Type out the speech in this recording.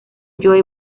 joe